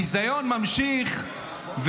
הביזיון ממשיך,